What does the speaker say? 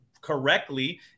correctly